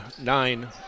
nine